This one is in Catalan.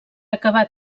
acabar